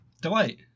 Delight